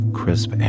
crisp